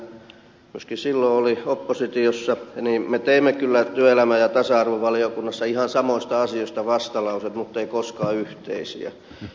satonen että myöskin minä olimme oppositiossa me teimme kyllä työelämä ja tasa arvovaliokunnassa ihan samoista asioista vastalauseet mutta emme koskaan yhteisiä